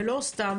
ולא סתם,